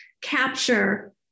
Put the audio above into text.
capture